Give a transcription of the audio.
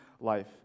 life